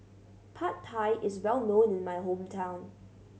Pad Thai is well known in my hometown